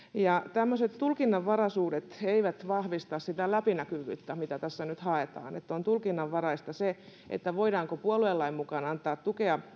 tämmöiset tulkinnanvaraisuudet eivät vahvista sitä läpinäkyvyyttä mitä tässä nyt haetaan on tulkinnanvaraista se voidaanko puoluelain mukaan antaa tukea